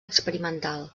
experimental